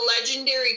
legendary